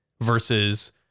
Versus